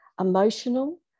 emotional